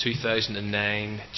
2009